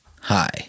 hi